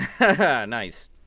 nice